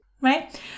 right